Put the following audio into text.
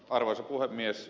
arvoisa puhemies